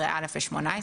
בשב"ן.